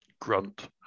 Grunt